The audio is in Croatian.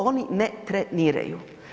Oni ne treniraju.